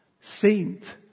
saint